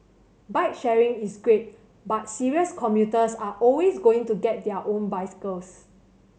bike sharing is great but serious commuters are always going to get their own bicycles